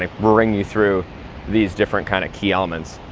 ah bring you through these different kind of key elements.